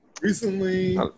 Recently